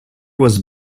was